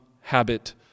habit